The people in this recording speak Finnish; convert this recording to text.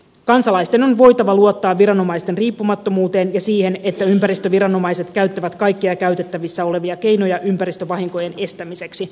kansalaisten on voitava luottaa viranomaisten riippumattomuuteen ja siihen että ympäristöviranomaiset käyttävät kaikkia käytettävissä olevia keinoja ympäristövahinkojen estämiseksi